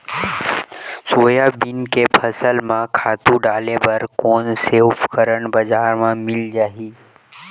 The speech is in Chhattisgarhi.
सोयाबीन के फसल म खातु डाले बर कोन से उपकरण बजार म मिल जाहि?